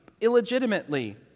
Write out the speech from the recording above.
illegitimately